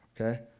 Okay